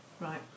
Right